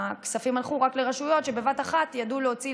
הכספים הלכו רק לרשויות שבבת אחת ידעו להוציא,